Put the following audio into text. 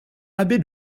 abbé